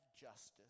justice